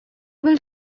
will